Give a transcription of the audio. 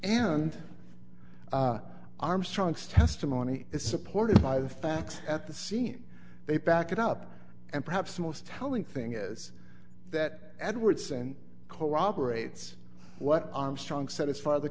and armstrong's testimony is supported by the facts at the scene they back it up and perhaps most telling thing is that edwards and corroborates what armstrong said his father